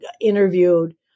interviewed